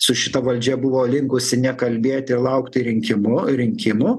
su šita valdžia buvo linkusi nekalbėti ir laukti rinkimu rinkimų